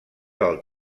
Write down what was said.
del